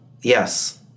Yes